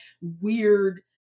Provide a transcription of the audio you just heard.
weird